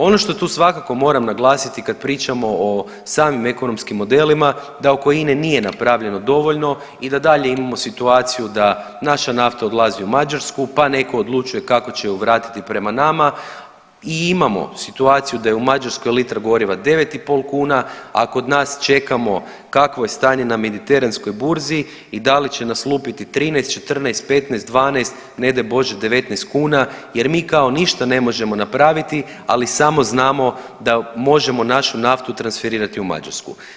Ono što tu svakako moram naglasiti kad pričamo o samim ekonomskim modelima, da oko INA-e nije napravljeno dovoljno i da dalje imamo situaciju da naša nafta odlazi u Mađarsku pa netko odlučuje kako će ju vratiti prema nama i imamo situaciju da je u Mađarskoj litra goriva 9,5 kuna, a kod nas čekamo kakvo je stanje na mediteranskoj burzi i da li će nas lupiti 13, 14, 15, 12 i ne daj Bože, 19 kuna jer mi kao ništa ne možemo napraviti, ali samo znamo da možemo našu naftu transferirati u Mađarsku.